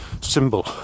symbol